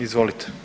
Izvolite.